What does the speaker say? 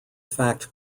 fact